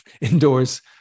indoors